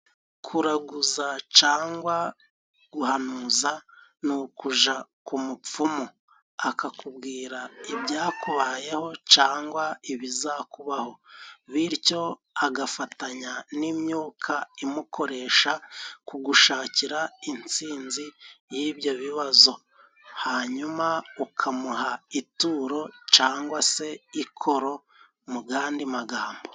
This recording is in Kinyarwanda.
Kuraguza cangwa guhanuza ni ukuja ku mupfumu akakubwira ibyakubayeho cangwa ibizakubaho bityo agafatanya n' imyuka imukoresha kugushakira intsinzi y'ibyo bibazo, hanyuma ukamuha ituro cyangwa se ikoro mu gandi magambo.